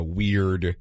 weird